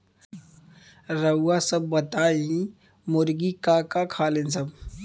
रउआ सभ बताई मुर्गी का का खालीन सब?